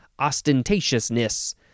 ostentatiousness